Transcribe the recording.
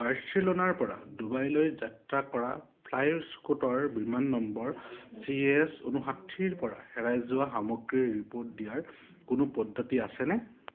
বাৰ্চিলোনাৰপৰা ডুবাইলৈ যাত্ৰা কৰা ফ্লাই স্কুটৰ বিমান নম্বৰ চি ই এছ ঊনষাঠিপৰা হেৰাই যোৱা সামগ্ৰীৰ ৰিপ'ৰ্ট দিয়াৰ কোনো পদ্ধতি আছেনে